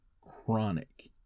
chronic